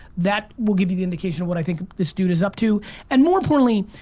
that will give you the indication of what i think this dude is up to and more importantly,